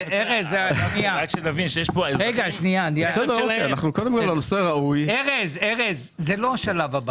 רגע שנייה, ארז ארז זה לא זה השלב,